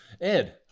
Ed